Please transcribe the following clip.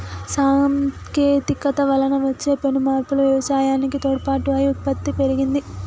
సాంకేతికత వలన వచ్చే పెను మార్పులు వ్యవసాయానికి తోడ్పాటు అయి ఉత్పత్తి పెరిగింది